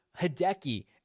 Hideki